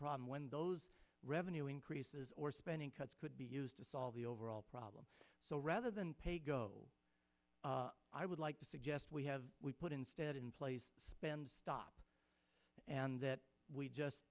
problem when those revenue increases or spending cuts could be used to solve the overall problem so rather than pay go i would like to suggest we have we put instead in place spend stop and that we just